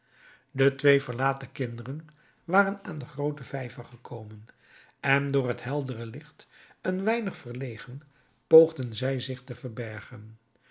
de twee verlaten kinderen waren aan den grooten vijver gekomen en door het heldere licht een weinig verlegen poogden zij zich te verbergen